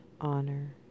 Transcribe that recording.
honor